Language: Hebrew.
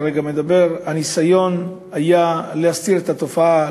הניסיון היה להסתיר את התופעה,